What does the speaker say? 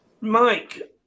Mike